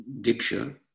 diksha